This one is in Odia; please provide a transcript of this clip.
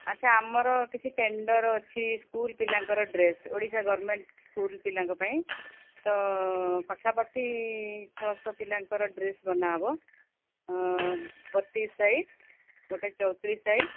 ଆଚ୍ଛା ଆମର କିଛି ଟେଣ୍ଡର ଅଛି ସ୍କୁଲ ପିଲାଙ୍କର ଡ୍ରେସ୍ ଓଡ଼ିଶା ଗଭର୍ଣ୍ଣମେଣ୍ଟ ସ୍କୁଲ ପିଲାଙ୍କ ପାଇଁ ତ ପାଖାପାଖି ଛଅ ଶହ ପିଲାଙ୍କର ଡ୍ରେସ୍ ବନା ହେବ ବତିଶ ସାଇଜ୍ ଗୋଟେ ଚଉତିରିଶ ସାଇଜ୍